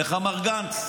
איך אמר גנץ?